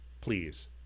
please